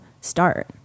start